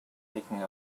taking